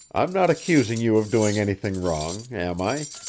i'm not accusing you of doing anything wrong, am i?